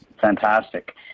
fantastic